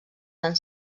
tan